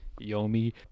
Yomi